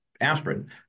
aspirin